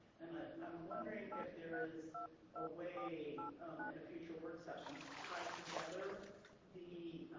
and ah i'm wondering if there is a way in a future work session to tie together the